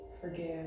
forgive